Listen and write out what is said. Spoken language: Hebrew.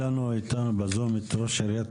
הייטיב לבטא את זה אופיר פינס פז.